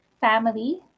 family